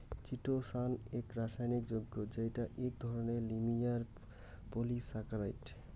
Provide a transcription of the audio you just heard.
chitosan এক রাসায়নিক যৌগ্য যেইটো এক ধরণের লিনিয়ার পলিসাকারাইড